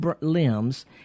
limbs